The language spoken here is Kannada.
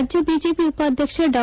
ರಾಜ್ಯ ಬಿಜೆಪಿ ಉಪಾಧ್ವಕ್ಷ ಡಾ